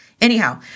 Anyhow